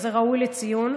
וזה ראוי לציון.